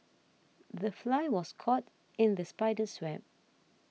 the fly was caught in the spider's web